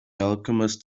alchemist